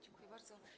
Dziękuję bardzo.